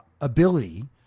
ability